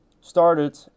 started